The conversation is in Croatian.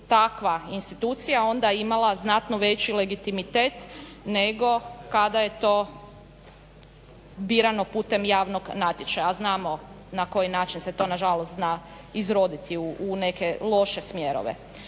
takva institucija onda imala znatno veći legitimitet nego kada je to birano putem javnog natječaja, a znamo na koji način se to na žalost zna izroditi u neke loše smjerove.